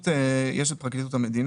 בפרקליטות יש את פרקליטות המדינה,